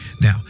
Now